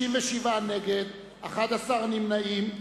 67 נגד, 11 נמנעים.